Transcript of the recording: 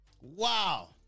Wow